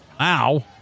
Ow